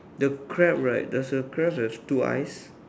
the crab right does the crab have two eyes